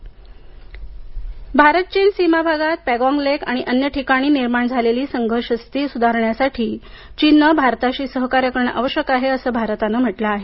भारत चीन भारत चीन सीमा भागात पँगॉग लेक आणि अन्य ठिकाणी निर्माण झालेली संघर्ष स्थिती सुधारण्यासाठी चीनने भारताशी सहकार्य करणं आवशयक आहे असं भारतानं म्हटलं आहे